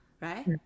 right